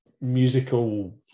musical